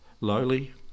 lowly